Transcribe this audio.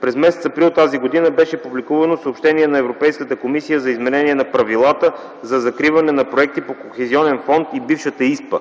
през м. април т.г. беше публикувано съобщение на Европейската комисия за изменение на правилата за закриване на проекти по кохезионен фонд и бившата ИСПА,